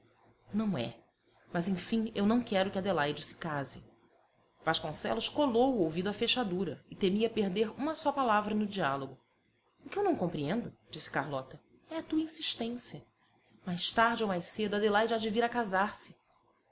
não é mas enfim eu não quero que adelaide se case vasconcelos colou o ouvido à fechadura e temia perder uma só palavra do diálogo o que eu não compreendo disse carlota é a tua insistência mais tarde ou mais cedo adelaide há de vir a casar-se